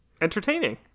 Entertaining